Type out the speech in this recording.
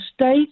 state